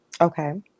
okay